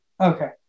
Okay